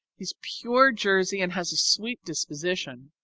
he's pure jersey and has a sweet disposition.